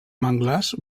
manglars